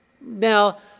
now